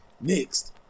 Next